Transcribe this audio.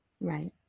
right